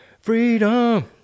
freedom